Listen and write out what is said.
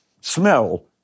smell